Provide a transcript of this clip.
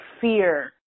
fear